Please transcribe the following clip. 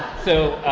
so,